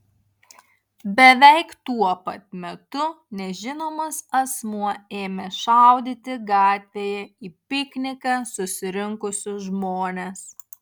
beveik tuo pat metu nežinomas asmuo ėmė šaudyti gatvėje į pikniką susirinkusius žmones